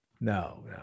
No